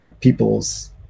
people's